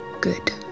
good